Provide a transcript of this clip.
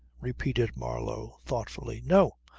repeated marlow thoughtfully. no!